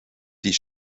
die